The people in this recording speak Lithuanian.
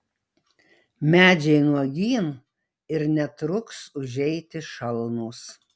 medžiai nuogyn ir netruks užeiti šalnos